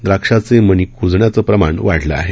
द्राक्षाचे मनी कुजण्याचं प्रमाण वाढले आहे